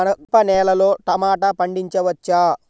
గరపనేలలో టమాటా పండించవచ్చా?